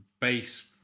base